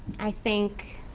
i think